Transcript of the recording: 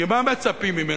מה מצפים ממנו?